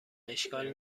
اشکال